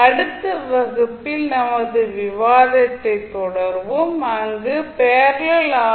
அடுத்த வகுப்பில் நமது விவாதத்தைத் தொடருவோம் அங்கு பேரலல் ஆர்